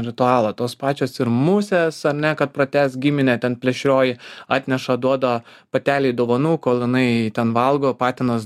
ritualą tos pačios ir musės ar ne kad pratęst giminę ten plėšrioji atneša duoda patelei dovanų kol jinai ten valgo patinas